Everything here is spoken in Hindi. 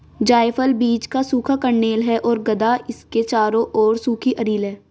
जायफल बीज का सूखा कर्नेल है और गदा इसके चारों ओर सूखी अरिल है